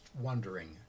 wondering